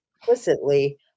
implicitly